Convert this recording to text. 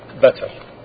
better